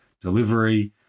delivery